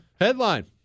Headline